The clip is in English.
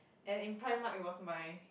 and in primark it was my